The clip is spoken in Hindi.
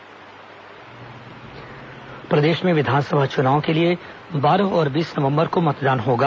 मतदान दिवस अवकाश प्रदेश में विधानसभा चुनाव के लिए बारह और बीस नवंबर को मतदान होगा